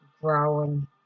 growing